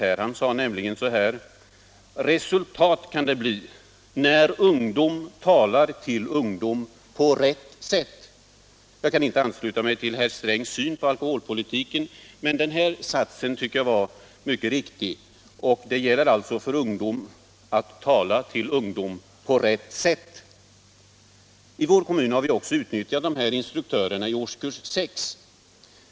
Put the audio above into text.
Han sade: ”Resultat kan det bli när ungdom talar till ungdom på rätt sätt.” Jag kan inte ansluta mig till herr Strängs syn på alkoholpolitiken, men den här satsen tycker jag var mycket riktig. I vår kommun har vi också utnyttjat dessa instruktörer i årskurs 6.